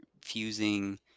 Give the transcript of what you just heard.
fusing